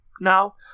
now